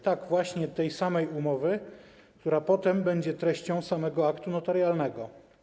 Tak, właśnie, tej samej umowy, która potem będzie treścią samego aktu notarialnego.